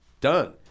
Done